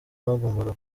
bagombaga